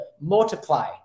multiply